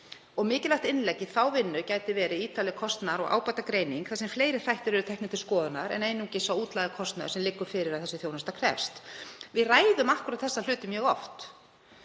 Mikilvægt innlegg í þá vinnu gæti verið ítarleg kostnaðar- og ábatagreining þar sem fleiri þættir eru teknir til skoðunar en einungis útlagður kostnaður sem liggur fyrir að þessi þjónusta krefst. Við ræðum einmitt þessa hluti mjög oft.